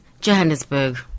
Johannesburg